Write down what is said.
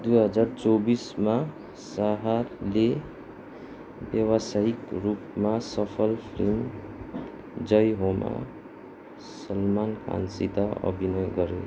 दुई हजार चौबिसमा शाहले व्यावसायिक रूपमा सफल फिल्म जय होमा सलमान खानसित अभिनय गरे